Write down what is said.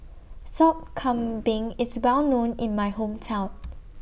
Sop Kambing IS Well known in My Hometown